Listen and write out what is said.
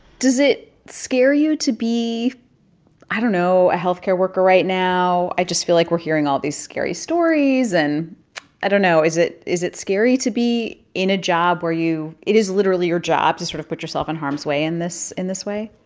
does it scare you to be i don't know a health care worker right now? i just feel like we're hearing all these scary stories. and i don't know. is it is it scary to be in a job where you it is literally your job to sort of put yourself in harm's way in this in this way?